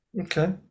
Okay